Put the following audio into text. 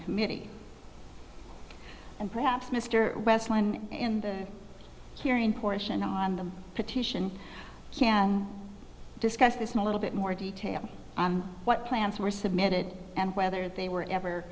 committee and perhaps mr west one in the hearing portion on the petition can discuss this in a little bit more detail what plans were submitted and whether they were ever